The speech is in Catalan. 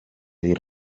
dir